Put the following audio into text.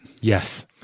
Yes